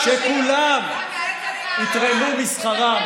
שכולם יתרמו משכרם,